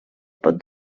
pot